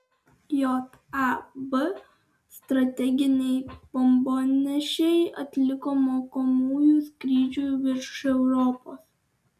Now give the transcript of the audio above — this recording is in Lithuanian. jav strateginiai bombonešiai atliko mokomųjų skrydžių virš europos